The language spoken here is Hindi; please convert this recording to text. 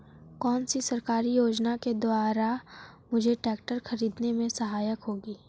कौनसी सरकारी सहायता योजना के द्वारा मुझे ट्रैक्टर खरीदने में सहायक होगी?